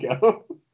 go